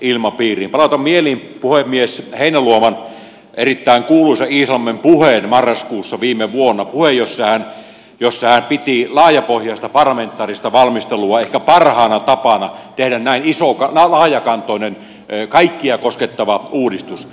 palautan mieliin puhemies heinäluoman erittäin kuuluisan iisalmen puheen marraskuussa viime vuonna puheen jossa hän piti laajapohjaista parlamentaarista valmistelua ehkä parhaana tapana tehdä näin laajakantoinen kaikkia koskettava uudistus